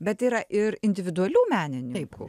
bet yra ir individualių menininkų